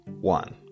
One